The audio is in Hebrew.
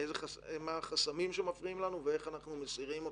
מה החסמים שמפריעים לנו ואיך אנחנו מסירים אותם.